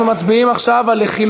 אני מבקש מכולם להתרכז.